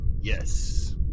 Yes